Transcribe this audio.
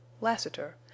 Lassiter